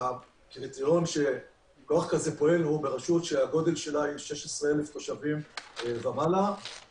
הקריטריון לכוח פועל כזה הוא ברשות שהגודל שלה הוא 16,000 תושבים ומעלה.